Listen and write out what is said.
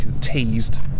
teased